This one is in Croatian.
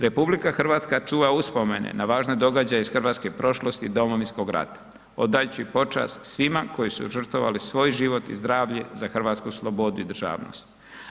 RH čuva uspomene na važne događaje iz hrvatske prošlosti Domovinskog rata odajući počast svima koji su žrtvovali svoj život i zdravlje za hrvatsku slobodu i državnost.